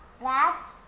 rats